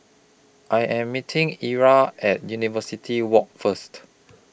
I Am meeting Ezra At University Walk First